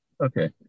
Okay